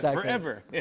yeah forever.